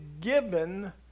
given